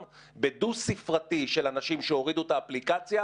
שבדו ספרתי של אנשים שהורידו את האפליקציה,